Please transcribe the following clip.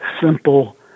simple